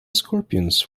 scorpions